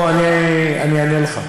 אני אענה לך.